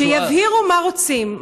שיבהירו מה רוצים,